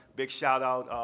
big shout out,